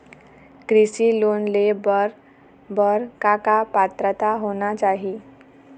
कृषि लोन ले बर बर का का पात्रता होना चाही?